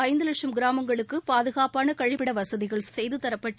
ஐந்து லட்சம் கிராமங்களுக்கு பாதுகாப்பான கழிப்பிட வசதிகள் செய்துதரப்பட்டு